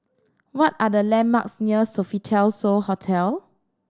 what are the landmarks near Sofitel So Hotel